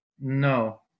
No